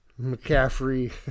McCaffrey